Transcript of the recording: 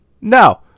No